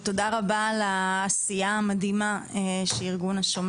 ותודה רבה על העשייה המדהימה שארגון השומר